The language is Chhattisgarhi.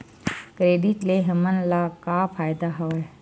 क्रेडिट ले हमन ला का फ़ायदा हवय?